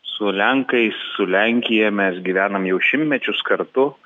su lenkais su lenkija mes gyvenam jau šimtmečius kartu